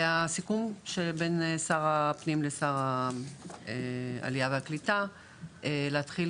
והסיכום שבין שר הפנים לשר העלייה והקליטה להתחיל